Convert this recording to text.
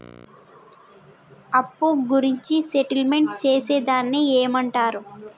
అప్పు గురించి సెటిల్మెంట్ చేసేదాన్ని ఏమంటరు?